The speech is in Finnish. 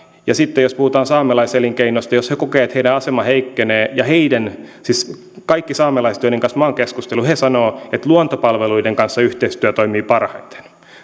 sitten jos puhutaan saamelaiselinkeinosta jos he kokevat että heidän asemansa heikkenee ja heidän siis kaikki saamelaiset joiden kanssa minä olen keskustellut sanovat että luontopalveluiden kanssa yhteistyö toimii parhaiten